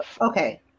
okay